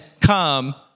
come